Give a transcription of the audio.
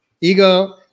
Ego